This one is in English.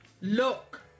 Look